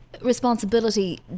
Responsibility